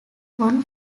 won